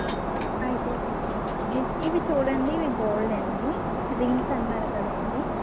అయితే సరే అండి ఇ ఇవి చూడండి ఇవి గోల్డ్ అండి రింగ్స్ అన్నారు కదండి